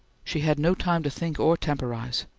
she had no time to think or temporize.